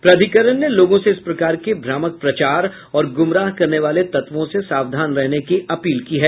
प्राधिकरण ने लोगों से इस प्रकार के भ्रामक प्रचार और गुमराह करने वाले तत्वों से सावधान रहने की अपील की है